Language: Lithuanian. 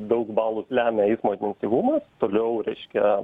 daug balus lemia eismo intensyvumas toliau reiškia